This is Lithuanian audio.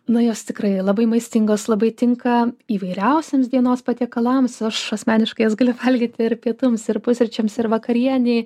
na jos tikrai labai maistingos labai tinka įvairiausiems dienos patiekalams aš asmeniškai jas galiu valgyti ir pietums ir pusryčiams ir vakarienei